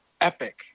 epic